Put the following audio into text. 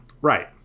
Right